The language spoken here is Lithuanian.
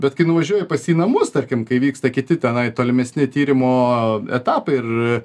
bet kai nuvažiuoji pas jį namus tarkim kai vyksta kiti tenai tolimesni tyrimo etapai ir